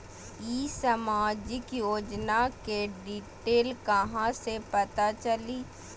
ई सामाजिक योजना के डिटेल कहा से पता चली?